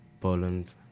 Poland